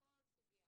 שבכל סוגיה